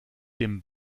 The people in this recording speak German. dem